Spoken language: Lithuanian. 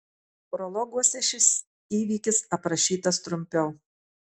prologuose šis įvykis aprašytas trumpiau